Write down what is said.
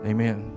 Amen